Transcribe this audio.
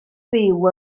byw